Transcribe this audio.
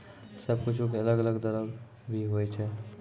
सब कुछु के अलग अलग दरो भी होवै छै